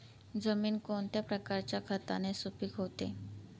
जमीन कोणत्या प्रकारच्या खताने सुपिक होते?